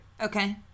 Okay